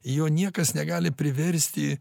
jo niekas negali priversti